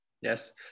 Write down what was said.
yes